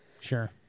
sure